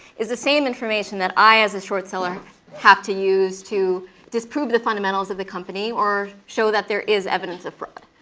is the same information that i as a short seller have to use to disprove the fundamentals of the company or show that there is evidence of fraud.